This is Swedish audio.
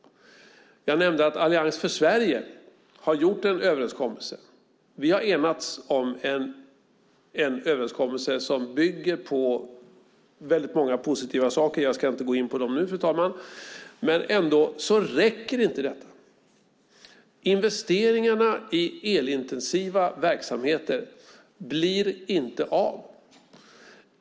Jag nämnde att Allians för Sverige har gjort en överenskommelse. Vi har enats om en överenskommelse som bygger på många positiva saker - jag ska inte gå in på dem nu, fru talman. Men ändå räcker inte detta. Investeringarna i elintensiva verksamheter blir inte av.